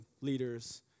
leaders